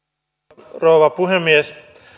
arvoisa rouva puhemies